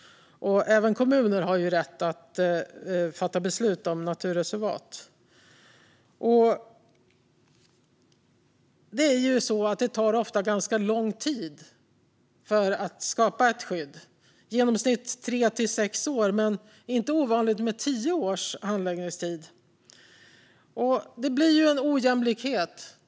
Även kommuner har rätt att fatta beslut om naturreservat. Det tar ofta ganska lång tid att skapa ett skydd, i genomsnitt tre till sex år, men det är inte ovanligt med tio års handläggningstid. Det blir en ojämlikhet.